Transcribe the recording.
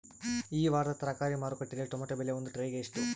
ಈ ವಾರದ ತರಕಾರಿ ಮಾರುಕಟ್ಟೆಯಲ್ಲಿ ಟೊಮೆಟೊ ಬೆಲೆ ಒಂದು ಟ್ರೈ ಗೆ ಎಷ್ಟು?